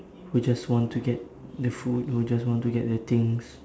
would just want to get the food will just want to get the things